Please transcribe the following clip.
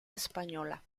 española